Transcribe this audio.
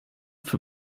für